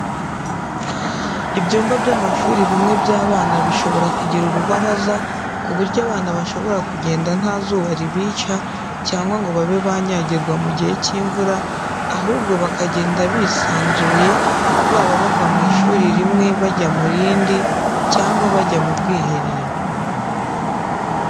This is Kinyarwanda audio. Ibyumba by'amashuri bimwe by'abana bishobora kugira urubaraza ku buryo abana bashobora kugenda nta zuba ribica cyangwa ngo babe banyagirwa mu gihe cy'imvura ahubwo bakagenda bisanzuye baba bava mu ishuri rimwe bajya mu rindi cyangwa bajya ku bwiherero.